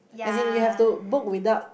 I think you have to book without